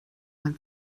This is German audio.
man